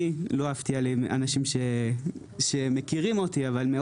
אני לא אפתיע אנשים שמכירים אותי אבל אני